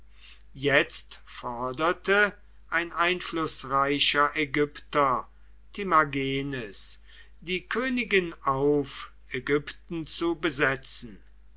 jetzt forderte ein einflußreicher ägypter timagenes die königin auf ägypten zu besetzen